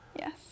Yes